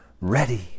ready